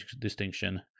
distinction